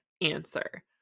answer